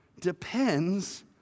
depends